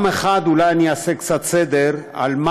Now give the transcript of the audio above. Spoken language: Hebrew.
פעם אחת אולי אני אעשה קצת סדר על מה